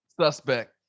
suspect